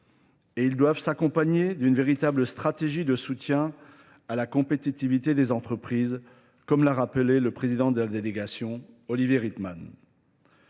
Et ils doivent s'accompagner d'une véritable stratégie de soutien à la compétitivité des entreprises, comme l'a rappelé le président de la délégation, Olivier Ritman.